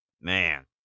Man